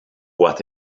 what